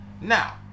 Now